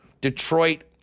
Detroit